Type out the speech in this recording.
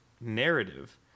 narrative